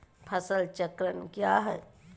फसल चक्रण क्या है?